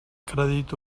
crèdit